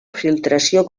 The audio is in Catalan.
filtració